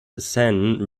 sen